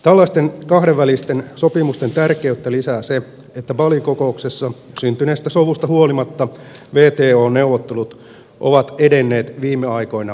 tällaisten kahdenvälisten sopimusten tärkeyttä lisää se että balin kokouksessa syntyneestä sovusta huolimatta wto neuvottelut ovat edenneet viime aikoina liian hitaasti